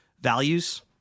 values